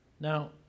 Now